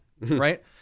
right